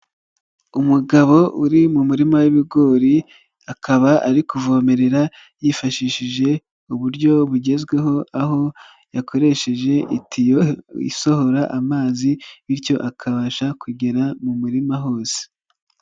Umugabo uri mu murima w'ibigori akaba ari kuvomererera yifashishije uburyo bugezweho aho yakoresheje itiyo isohora amazi bityo akabasha kugera mu murima hose.